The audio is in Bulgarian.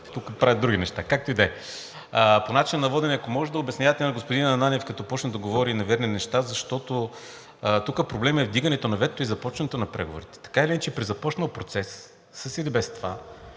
тук правят други неща, както и да е. По начина на водене. Ако може да обяснявате на господин Ананиев, като почне да говори неверни неща, защото тук проблемът е във вдигане на ветото и започването на преговорите. Така или иначе при започнал процес – със или без това,